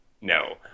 No